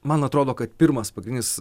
man atrodo kad pirmas pagrindinis